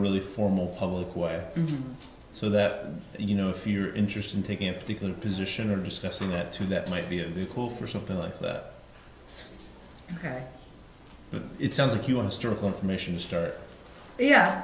really formal public way so that you know if you're interested in taking a particular position or discussing that too that might be a vehicle for something like that but it sounds like you want to start a confirmation start yeah